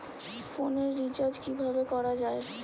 ফোনের রিচার্জ কিভাবে করা যায়?